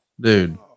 dude